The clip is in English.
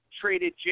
traded